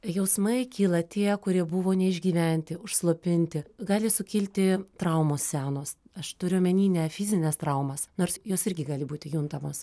jausmai kyla tie kurie buvo neišgyventi užslopinti gali sukilti traumos senos aš turiu omeny ne fizines traumas nors jos irgi gali būti juntamos